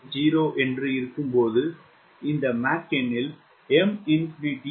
0 என்று இருக்கும்போது இந்த மேக் எண்ணில் M∞ 0